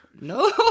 no